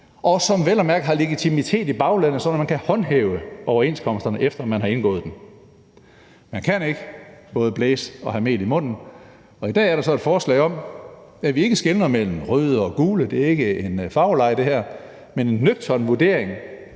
og som vel at mærke har legitimitet i baglandet, sådan at man kan håndhæve overenskomsterne, efter man har indgået dem. Man kan ikke både blæse og have mel i munden. I dag er der så et forslag om, at vi ikke skelner mellem røde og gule, for det her er ikke en farveleg, men en nøgtern vurdering,